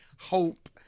hope